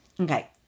Okay